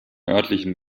örtlichen